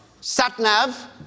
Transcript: sat-nav